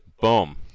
boom